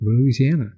Louisiana